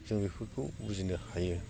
जों बेफोरखौ बुजिनो हायो